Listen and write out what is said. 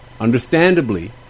understandably